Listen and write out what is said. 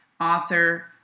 author